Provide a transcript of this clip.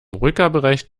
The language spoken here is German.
rückgaberecht